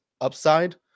upside